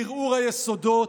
בערעור היסודות.